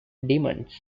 demons